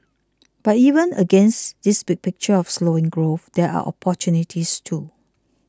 but even against this big picture of slowing growth there are opportunities too